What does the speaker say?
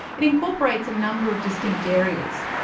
it incorporates a number of distinct areas.